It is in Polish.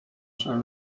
żeby